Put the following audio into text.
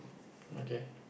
okay